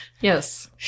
Yes